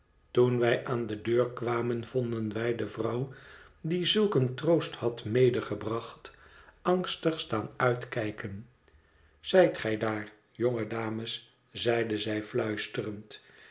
toen wij aan de deur kwamen vonden wij de vrouw die zulk een troost had medegebracht angstig staan uitkijken zijt gij daar jonge dames zeide zij fluisterend